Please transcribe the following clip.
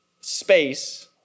space